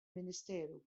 ministeru